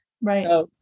right